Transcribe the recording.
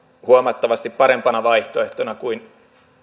huomattavasti parempana vaihtoehtona kuin